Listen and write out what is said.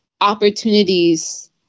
opportunities